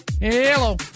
Hello